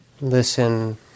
listen